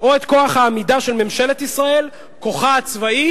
או את כוח העמידה של ממשלת ישראל, כוחה הצבאי